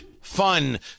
fun